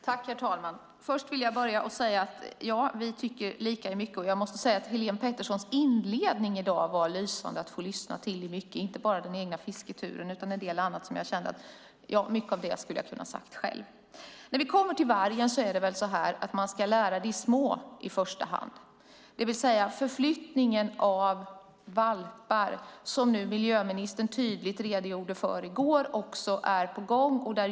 Herr talman! Ja, Helén Pettersson och jag tycker lika i mycket. Heléns inledning med den egna fisketuren var lysande. Dessutom var det en hel del annat som jag skulle kunna ha sagt själv. När det gäller vargen ska man i första hand lära de små. Förflyttningen av valpar, som miljöministern tydligt redogjorde för i går, är på gång.